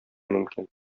мөмкин